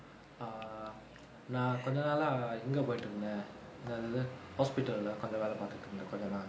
err நா கொஞ்ச நாளா இங்க போயிட்டிருந்த என்னது அது:naa konja naalaa inga poyittiruntha ennathu athu hospital leh கொஞ்ச வேல பாத்திட்டிருந்த கொஞ்ச நாள்:konja vela paathittiruntha konja naal